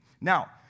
Now